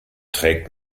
trägt